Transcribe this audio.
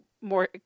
more